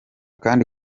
kandi